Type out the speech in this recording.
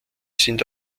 sind